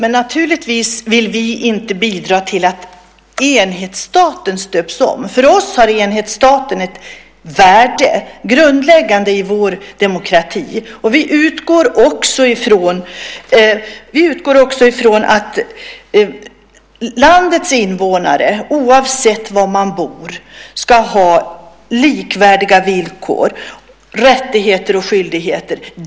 Herr talman! Vi vill naturligtvis inte bidra till att enhetsstaten stöps om. För oss har enhetsstaten ett värde; den är grundläggande för vår demokrati. Vi utgår också från att landets invånare, oavsett var de bor, ska ha likvärdiga villkor, rättigheter och skyldigheter.